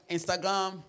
Instagram